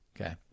Okay